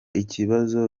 ikibazo